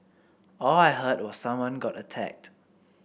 all I heard was someone got attacked